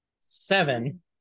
seven